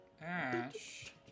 Ash